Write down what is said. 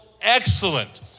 excellent